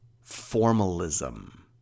formalism